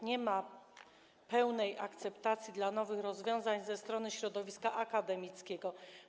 Nie ma pełnej akceptacji dla nowych rozwiązań ze strony środowiska akademickiego.